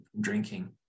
drinking